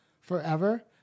forever